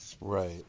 Right